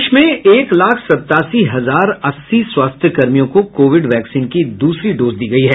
प्रदेश में एक लाख सत्तासी हजार अस्सी स्वास्थ्यकर्मियों को कोविड वैक्सीन की दूसरी डोज दी गई है